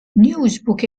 newsbook